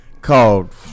called